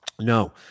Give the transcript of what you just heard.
No